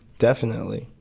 definitely.